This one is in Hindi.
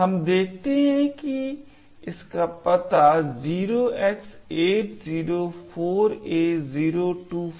हम देखते हैं कि इसका पता 0x804A024 है